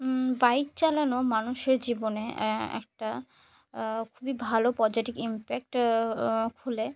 bike চালানো মানুষের জীবনে একটা খুবই ভালো পজিটিভ ইম্প্যাক্ট খুলে